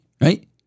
right